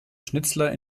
schnitzler